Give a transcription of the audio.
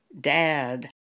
dad